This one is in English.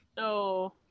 No